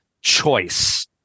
choice